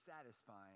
satisfying